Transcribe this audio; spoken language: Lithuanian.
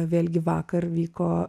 vėlgi vakar vyko